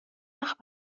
وقت